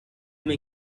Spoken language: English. may